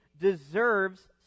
deserves